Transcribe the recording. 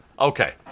Okay